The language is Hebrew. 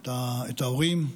את ההורים,